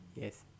Yes